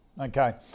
Okay